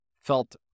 felt